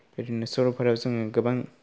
बिदिनो सरलपारायाव जोङो गोबां